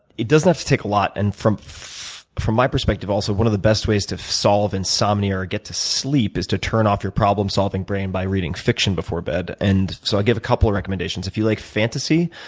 it doesn't have to take a lot and from from my perspective also, one of the best ways to solve insomnia or get to sleep is to turn off your problem solving brain by reading fiction before bed. and so i'll give a couple of recommendations. if you like fantasy,